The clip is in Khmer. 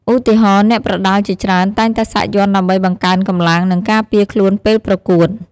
ឧទាហរណ៍ អ្នកប្រដាល់ជាច្រើនតែងតែសាក់យ័ន្តដើម្បីបង្កើនកម្លាំង និងការពារខ្លួនពេលប្រកួត។